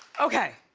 okay.